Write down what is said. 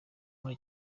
muri